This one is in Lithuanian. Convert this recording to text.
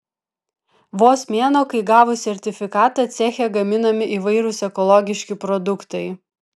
vos mėnuo kai gavus sertifikatą ceche gaminami įvairūs ekologiški produktai